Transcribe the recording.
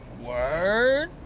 Word